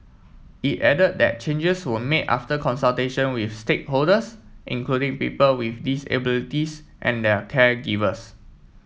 it added that changes were made after consultation with stakeholders including people with disabilities and their caregivers